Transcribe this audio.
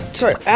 sorry